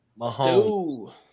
Mahomes